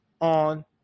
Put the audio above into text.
on